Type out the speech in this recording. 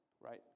right